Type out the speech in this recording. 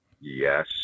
Yes